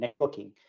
networking